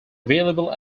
available